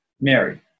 Mary